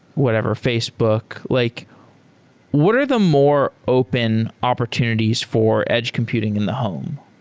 whatever, facebook? like what are the more open opportunities for edge computing in the home?